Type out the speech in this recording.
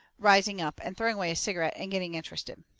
rising up and throwing away his cigarette, and getting interested.